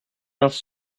quinze